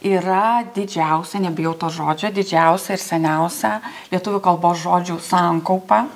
yra didžiausia nebijau to žodžio didžiausia ir seniausia lietuvių kalbos žodžių sankaupa